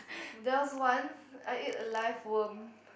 there was once I eat a live worm